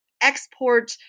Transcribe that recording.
export